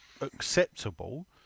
acceptable